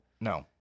No